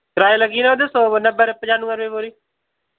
कराया लग्गी जाना उ'दा सौ नब्बै पचानुवैं रपे बोरी